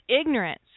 ignorance